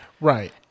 Right